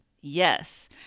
Yes